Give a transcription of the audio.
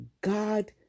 God